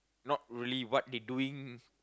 not really what they doing